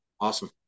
Awesome